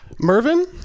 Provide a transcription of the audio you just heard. Mervin